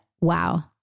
wow